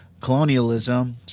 colonialism